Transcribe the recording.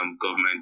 government